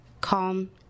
calm